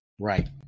Right